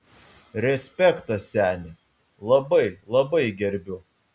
respektas seni labai labai gerbiu